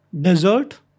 desert